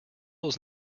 was